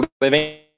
living